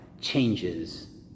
changes